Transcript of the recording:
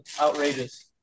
outrageous